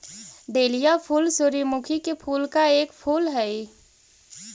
dahlia फूल सूर्यमुखी के कुल का एक फूल हई